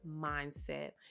mindset